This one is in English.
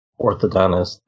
orthodontist